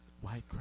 White